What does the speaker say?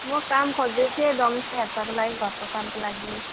म काम खोज्दै थिएँ डोमिसियल हेलपरको लागि घरको कामको लागि